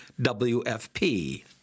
WFP